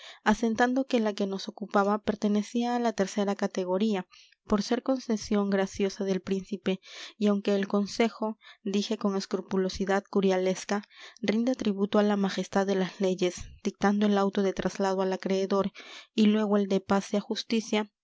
asentando que la que nos ocupaba pertenecía a la tercera categoría por ser concesión graciosa del príncipe y aunque el consejo dije con escrupulosidad curialesca rinda tributo a la majestad de las leyes dictando el auto de traslado al acreedor y luego el de pase a justicia